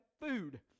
food